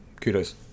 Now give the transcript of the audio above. kudos